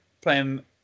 playing